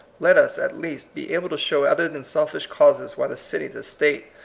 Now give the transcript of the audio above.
let us, at least, be able to show other than selfish causes why the city, the state,